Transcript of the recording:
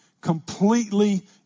completely